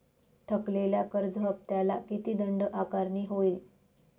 थकलेल्या कर्ज हफ्त्याला किती दंड आकारणी होईल?